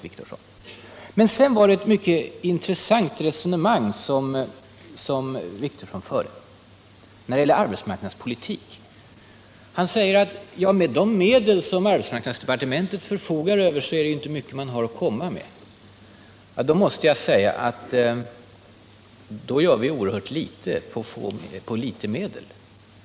Men sedan förde Åke Wictorsson ett mycket intressant resonemang om arbetsmarknadspolitik. Han sade att de medel som arbetsmarknadsdepartementet förfogar över inte är mycket att komma med. Då måste jag säga att vi gör oerhört mycket på litet medel!